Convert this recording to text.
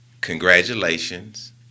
congratulations